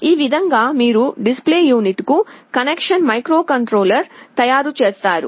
ఈ విధంగా మీరు డిస్ప్లే యూనిట్ కు కనెక్షన్ మైక్రోకంట్రోలర్ను తయారు చేస్తారు